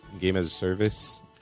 game-as-a-service